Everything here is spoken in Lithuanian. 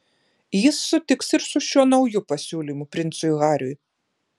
jis sutiks ir su šiuo nauju pasiūlymu princui hariui